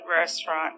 restaurant